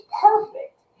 perfect